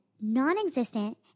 non-existent